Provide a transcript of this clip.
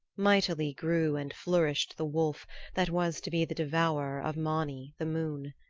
mightily grew and flourished the wolf that was to be the devourer of mani, the moon.